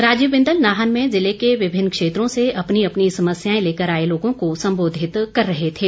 राजीव बिंदल नाहन में जिले के विभिन्न क्षेत्रों से अपनी अपनी समस्याएं लेकर आए लोगों को सम्बोधित कर रहे थे